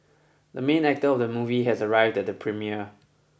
the main actor of the movie has arrived at the premiere